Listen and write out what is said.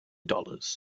dollars